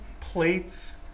plates